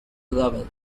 level